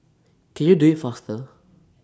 can you do IT faster